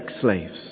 slaves